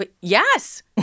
yes